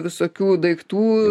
visokių daiktų